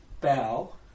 Bow